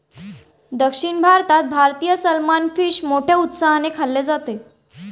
दक्षिण भारतात भारतीय सलमान फिश मोठ्या उत्साहाने खाल्ले जाते